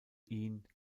ihn